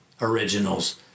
originals